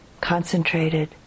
concentrated